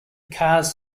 car’s